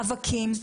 והמון מאבקים.